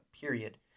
period